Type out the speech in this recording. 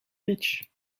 pitch